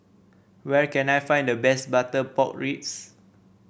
where can I find the best Butter Pork Ribs